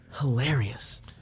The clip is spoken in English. hilarious